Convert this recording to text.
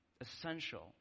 essential